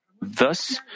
Thus